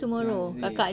thursday